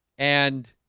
and